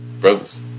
Brothers